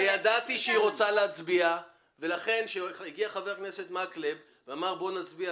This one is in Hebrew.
ידעתי שהיא רוצה להצביע ולכן כשהגיע חבר הכנסת מקלב ואמר שנצביע,